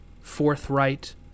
forthright